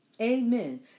Amen